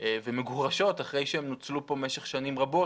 ומגורשות אחרי שהן נוצלו פה במשך שנים רבות,